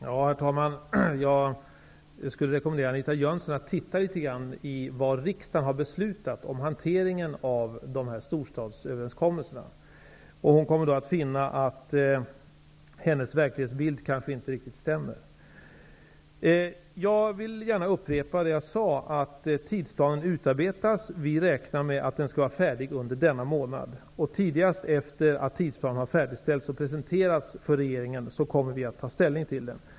Herr talman! Jag skulle rekommendera Anita Jönsson att titta litet grand på vad riksdagen har beslutat om hanteringen av storstadsöverenskommelserna. Hon kommer då att finna att hennes verklighetsbild kanske inte stämmer riktigt. Jag vill gärna upprepa det jag sade, att tidsplanen utarbetas. Vi räknar med att den skall vara färdig under denna månad. Tidigast efter det att tidsplanen har färdigställts och presenterats för regeringen kommer vi att ta ställning till den.